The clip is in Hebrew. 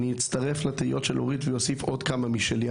אני אצטרף לתהיות של אורית ואוסיף עוד כמה משלי.